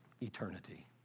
eternity